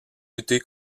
lutter